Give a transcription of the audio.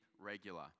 regular